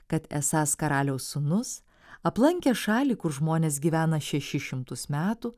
kad esąs karaliaus sūnus aplankė šalį kur žmonės gyvena šešis šimtus metų